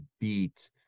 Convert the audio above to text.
beat